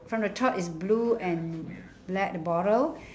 from the top is blue and black the bottle